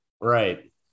right